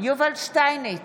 יובל שטייניץ,